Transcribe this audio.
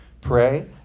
pray